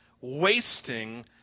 Wasting